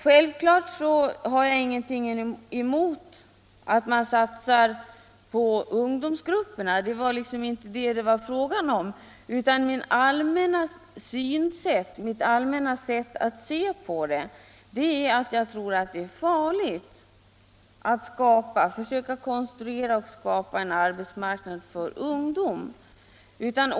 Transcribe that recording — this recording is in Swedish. Självfallet har jag ingenting emot att man satsar på ungdomsgrupperna — det är inte det det gäller — men enligt mitt sätt att se är det farligt att försöka konstruera en arbetsmarknad för ungdom.